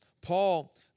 Paul